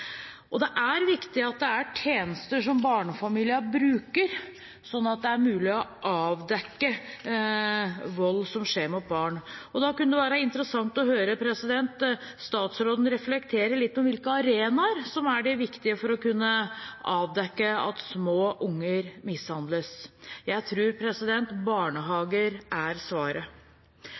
hjelp. Det er viktig at det er tjenester som barnefamilier bruker, sånn at det er mulig å avdekke vold mot barn. I den forbindelse kunne det være interessant å høre statsråden reflektere litt rundt hvilke arenaer som er de viktige for å kunne avdekke at små unger mishandles. Jeg tror barnehager er svaret.